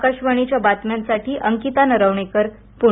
आकाशवाणीच्या बातम्यांसाठी अंकिता नरवणेकर पुणे